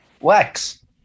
wax